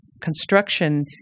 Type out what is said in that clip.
construction